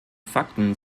fakten